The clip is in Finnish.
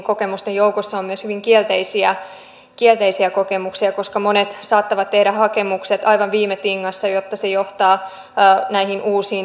kokemusten joukossa on myös hyvin kielteisiä kokemuksia koska monet saattavat tehdä hakemukset aivan viime tingassa jotta se johtaa näihin uusiin lisäaikavaatimuksiin